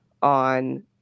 on